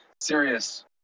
serious